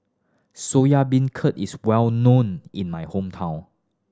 Soya Beancurd is well known in my hometown